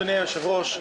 אדוני היושב-ראש,